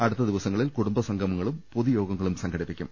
അടുത്ത ദിവസങ്ങളിൽ കുടുംബ സംഗമങ്ങളും പൊതുയോഗങ്ങളും സംഘടിപ്പിക്കും